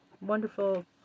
wonderful